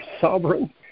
sovereign